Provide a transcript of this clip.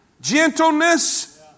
gentleness